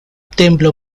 templo